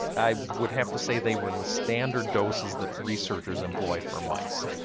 i would have to say they were the standard doses that researchers employed for mice.